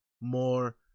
more